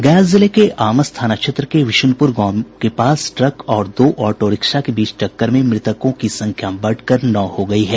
गया जिले के आमस थाना क्षेत्र में बिशुनपुर गांव के पास ट्रक और दो ऑटो रिक्शा के बीच टक्कर में मृतकों की संख्या बढ़कर नौ हो गयी है